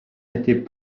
n’était